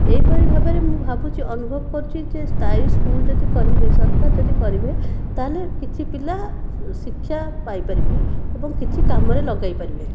ଏହିପରି ଭାବରେ ମୁଁ ଭାବୁଛି ଅନୁଭବ କରୁଛି ଯେ ସ୍ଥାୟୀ ସ୍କୁଲ ଯଦି କରିବେ ସରକାର ଯଦି କରିବେ ତାହେଲେ କିଛି ପିଲା ଶିକ୍ଷା ପାଇ ପାରିବେ ଏବଂ କିଛି କାମରେ ଲଗାଇ ପାରିବେ